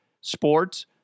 sports